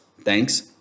Thanks